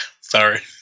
Sorry